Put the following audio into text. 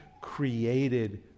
created